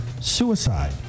suicide